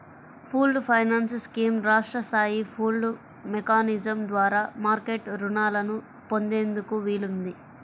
pooled finance scheme రాష్ట్ర స్థాయి pooled mechanism ద్వారా మార్కెట్ రుణాలను పొందేందుకు వీలుంది